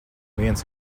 viens